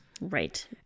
Right